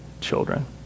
children